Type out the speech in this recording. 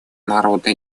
народно